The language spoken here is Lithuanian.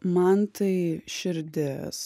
man tai širdis